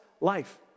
life